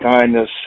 kindness